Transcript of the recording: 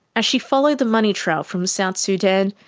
as she followed the money trail from south sudan,